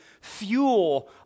fuel